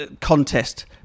contest